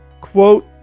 quote